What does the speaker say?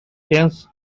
tens